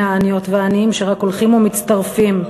העניות והעניים שרק הולכים ומצטרפים.